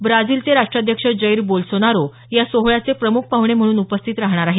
ब्राझीलचे राष्ट्राध्यक्ष Jair Bolsonaro या सोहळ्याचे प्रमुख पाहणे म्हणून उपस्थित राहणार आहेत